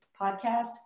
podcast